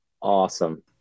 awesome